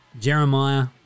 Jeremiah